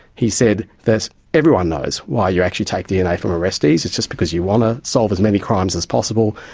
he said that everyone knows why are you actually take dna from arrestees, it's just because you want to solve as many crimes as possible,